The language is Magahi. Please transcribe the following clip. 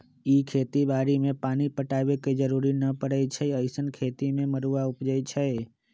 इ खेती बाड़ी में पानी पटाबे के जरूरी न परै छइ अइसँन खेती में मरुआ उपजै छइ